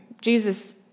Jesus